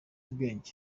ubwenge